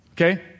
Okay